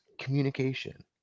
communication